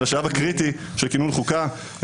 על השלב הקריטי של כינון חוקה.